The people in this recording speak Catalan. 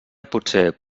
potser